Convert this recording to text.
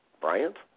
Bryant